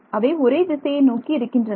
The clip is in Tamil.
அவை ஒரே திசையை நோக்கி இருக்கின்றன